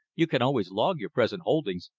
you can always log your present holdings.